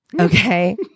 okay